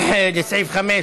לסעיף 5